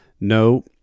no